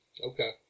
Okay